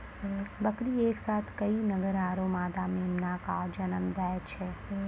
बकरी एक साथ कई नर आरो मादा मेमना कॅ जन्म दै छै